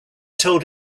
told